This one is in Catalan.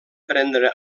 prendre